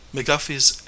McGuffey's